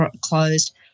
closed